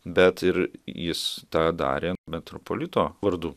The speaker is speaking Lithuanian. bet ir jis tą darė metropolito vardu